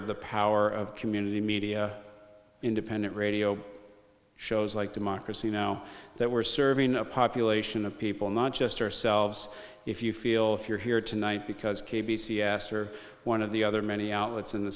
of the power of community media independent radio shows like democracy now that we're serving a population of people not just ourselves if you feel if you're here tonight because kay b c s or one of the other many outlets in the